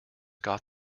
got